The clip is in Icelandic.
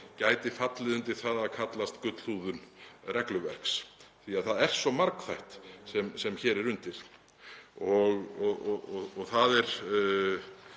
gæti fallið undir það að kallast gullhúðun regluverks, því að það er svo margþætt sem hér er undir. Það er